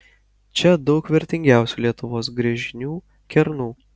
čia daug vertingiausių lietuvos gręžinių kernų